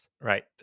Right